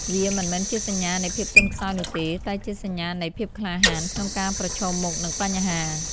វាមិនមែនជាសញ្ញានៃភាពទន់ខ្សោយនោះទេ តែជាសញ្ញានៃ ភាពក្លាហាន ក្នុងការប្រឈមមុខនឹងបញ្ហា។